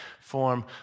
form